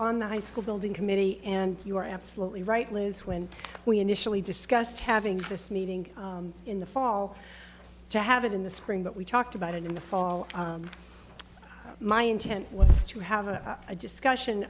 on the high school building committee and you are absolutely right liz when we initially discussed having this meeting in the fall to have it in the spring that we talked about in the fall my intent was to have a discussion